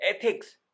ethics